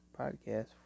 podcast